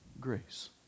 grace